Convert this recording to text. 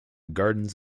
gardens